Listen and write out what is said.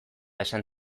esan